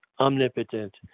omnipotent